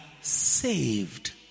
saved